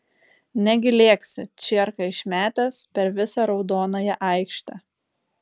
negi lėksi čierką išmetęs per visą raudonąją aikštę